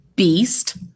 Beast